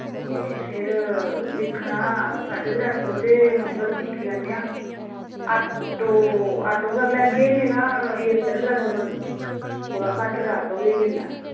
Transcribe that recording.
ते फिर दिक्खना साढे त्रै सौ ते मतलब दिक्खी लैने आं आटो आटो कर लैगे निं तां एह् साड्डे त्रै सौ कोला घट्ट दा आटो वी होई जंदा